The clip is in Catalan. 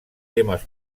temes